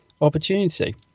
opportunity